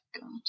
God